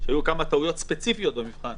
שהיו כמה טעויות ספציפיות במבחן.